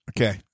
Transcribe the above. Okay